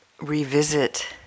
revisit